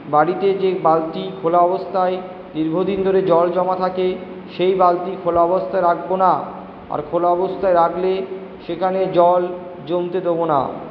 বাড়িতে যে বালতি খোলা অবস্থায় দীর্ঘ দিন ধরে জল জমা থাকে সেই বালতি খোলা অবস্থায় রাখবো না আর খোলা অবস্থায় রাখলে সেখানে জল জমতে দেবো না